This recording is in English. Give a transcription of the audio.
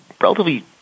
relatively